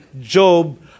Job